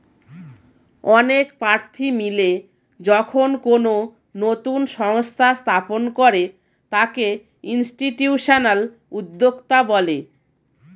অনেক প্রার্থী মিলে যখন কোনো নতুন সংস্থা স্থাপন করে তাকে ইনস্টিটিউশনাল উদ্যোক্তা বলে